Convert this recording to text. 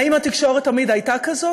האם התקשורת תמיד הייתה כזאת?